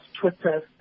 Twitter